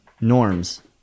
norms